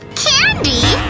candy!